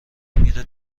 میره